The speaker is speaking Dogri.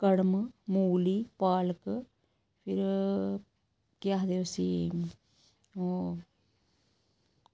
कड़म मूली पालक फिर केह् आखदे उसी ओह्